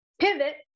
pivot